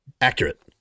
accurate